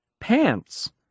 pants